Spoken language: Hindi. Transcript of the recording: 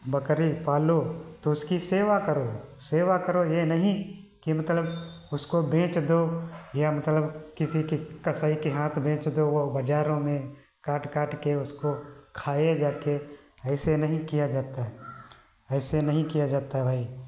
बकरी पालो तो उसकी सेवा करो सेवा करो ये नहीं कि मतलब उसको बेच दो या मतलब किसी के कसाई के हाथ बेच दो वो बाज़ारों में काट काट के उसको खाए जाके ऐसे नहीं किया जाता है ऐसे नहीं किया जाता भाई